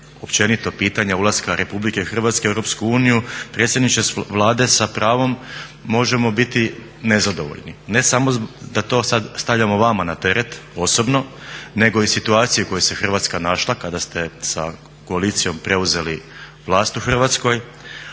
općenito pitanja ulaska RH u EU predsjedniče Vlade sa pravom možemo biti nezadovoljni. Ne samo da to sada stavljamo vama na teret osobno nego i situacije u kojoj se Hrvatska našla kada ste sa koalicijom preuzeli vlast u Hrvatskoj,